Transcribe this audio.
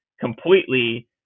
completely